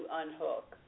unhook